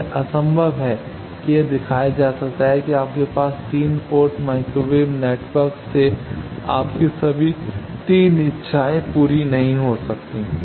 यह असंभव है कि यह दिखाया जा सकता है कि आपके पास 3 पोर्ट माइक्रोवेव नेटवर्क से आपकी सभी 3 इच्छाएं नहीं हो सकती हैं